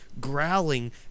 growling